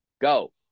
go